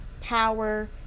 Power